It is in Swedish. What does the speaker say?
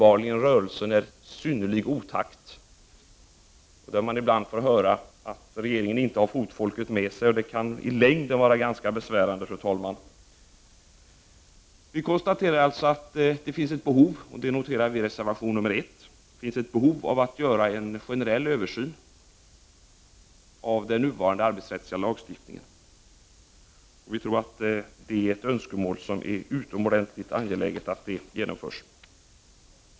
Tydligen är rörelsen i synnerligen stor otakt. Ibland får man ju höra att regeringen inte har fotfolket med sig, och det kan i längden vara ganska besvärande, fru talman! Av reservation 1 framgår att det finns ett behov av en generell översyn av den nuvarande arbetsrättsliga lagstiftningen. Vi tror att det är utomordentligt angeläget att det önskemålet tillgodoses.